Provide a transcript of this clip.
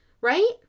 right